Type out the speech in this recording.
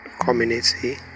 community